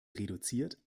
reduziert